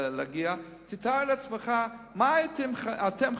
תאר לעצמך מה הייתם אתם,